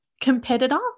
competitor